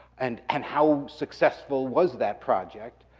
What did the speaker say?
and and how successful was that project?